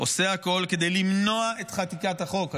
עושה הכול כדי למנוע את חקיקת החוק.